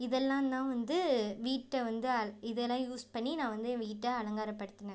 இதெல்லாந்தான் வந்து வீட்டை வந்து அல் இதையெல்லாம் யூஸ் பண்ணி நான் வந்து என் வீட்டை அலங்காரப்படுத்துனேன்